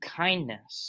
kindness